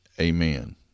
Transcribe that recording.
amen